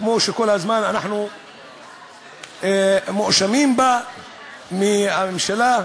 כמו שכל הזמן אנחנו מואשמים מצד הממשלה.